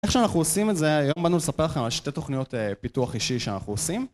איך שאנחנו עושים את זה, היום באנו לספר לכם על שתי תוכניות פיתוח אישי שאנחנו עושים.